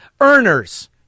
earners